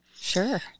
Sure